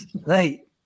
right